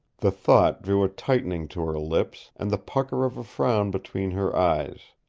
the thought drew a tightening to her lips, and the pucker of a frown between her eyes,